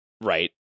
right